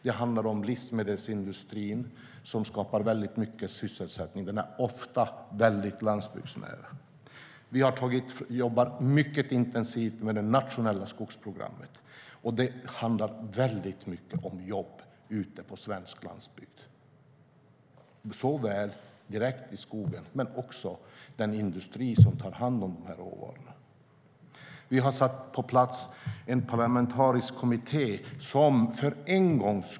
Det handlar också om livsmedelsindustrin, som skapar väldigt mycket sysselsättning och ofta är landsbygdsnära. Vi jobbar mycket intensivt med det nationella skogsprogrammet. Det handlar väldigt mycket om jobb på svensk landsbygd såväl direkt i skogen som i den industri som tar hand om råvarorna. Vi har satt på plats en parlamentarisk kommitté.